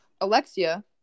Alexia